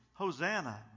Hosanna